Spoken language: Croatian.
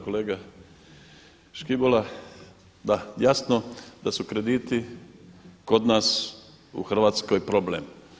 Kolega Škibola, da jasno da su krediti kod nas u Hrvatskoj problem.